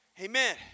Amen